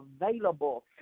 available